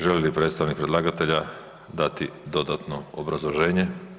Želi li predstavnik predlagatelja dati dodatno obrazloženje?